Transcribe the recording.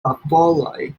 popoloj